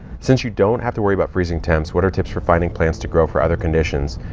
since you don't have to worry about freezing temps, what are tips for finding plants to grow for other conditions?